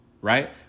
right